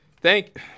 Thank